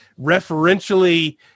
referentially